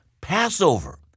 Passover